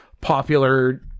popular